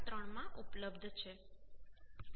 3 માં ઉપલબ્ધ છે